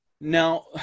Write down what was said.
Now